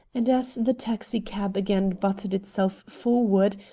and as the taxicab again butted itself forward,